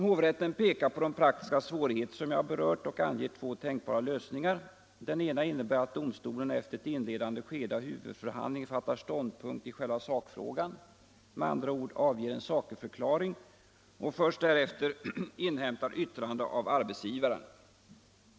Hovrätten pekar på de praktiska svårigheter som jag berört och anger två tänkbara lösningar. Den ena innebär att domstolen efter ett inledande skede av huvudförhandlingen får ta ståndpunkt i själva sakfrågan, med andra ord avge en sakerförklaring, och först därefter inhämta yttrande av arbetsgivaren.